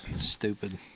stupid